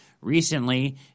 recently